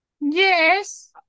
Yes